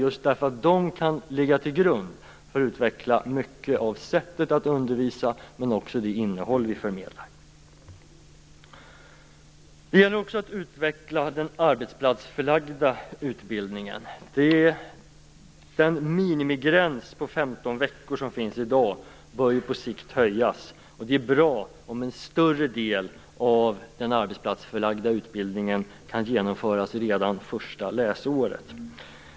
De kan nämligen ligga till grund när det gäller att utveckla undervisningssättet men också det innehåll som vi förmedlar. Det gäller också att utveckla den arbetsplatsförlagda utbildningen. Den minimigräns på 15 veckor som finns i dag bör på sikt höjas. Det är bra om en större del av den arbetsplatsförlagda utbildningen kan genomföras redan första läsåret.